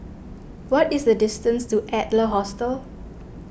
what is the distance to Adler Hostel